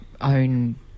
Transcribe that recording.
own –